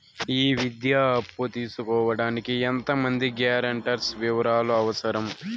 ఈ విద్యా అప్పు తీసుకోడానికి ఎంత మంది గ్యారంటర్స్ వివరాలు అవసరం?